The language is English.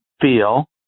feel